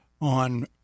on